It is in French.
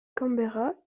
canberra